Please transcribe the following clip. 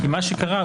מה שקרה,